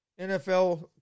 NFL